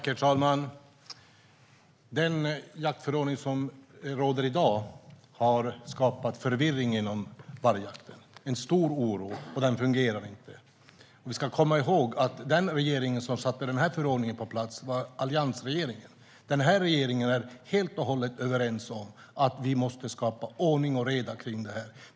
Herr talman! Den jaktförordning som råder i dag har skapat förvirring inom vargjakten. Det finns en stor oro, och förordningen fungerar inte. Vi ska komma ihåg att den regering som satte förordningen på plats var alliansregeringen. Den här regeringen är helt och hållet överens om att vi måste skapa ordning och reda i detta.